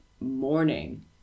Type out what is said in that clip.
morning